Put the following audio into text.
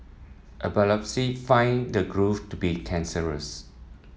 a biopsy found the growth to be cancerous